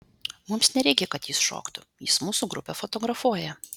mums nereikia kad jis šoktų jis mūsų grupę fotografuoja